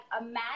imagine